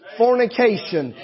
fornication